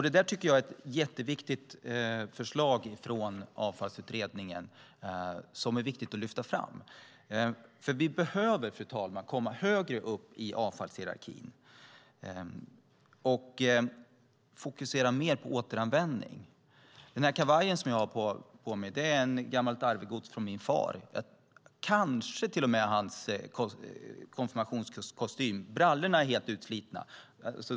Det är ett viktigt förslag från avfallsutredningen att lyfta fram, för vi behöver, fru talman, komma högre upp i avfallshierarkin och fokusera mer på återanvändning. Kavajen som jag har på mig är ett gammalt arvegods från min far. Den kanske till och med är en del av hans konfirmationskostym. Brallorna är helt utslitna.